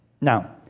Now